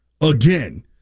again